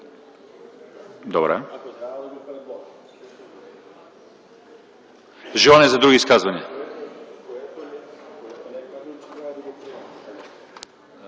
Добре. Желание за други изказвания?